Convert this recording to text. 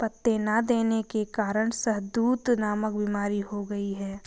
पत्ते ना देने के कारण शहदूत नामक बीमारी हो गई है